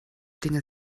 dinge